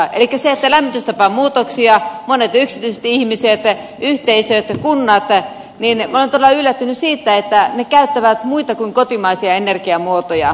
elikkä minä olen todella yllättynyt siitä että lämmitystapamuutoksissa monet yksityiset ihmiset yhteisöt kunnat ja niin emäntänä ja siitä että ne käyttävät muita kuin kotimaisia energiamuotoja